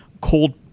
cold